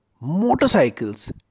motorcycles